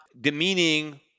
demeaning